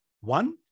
One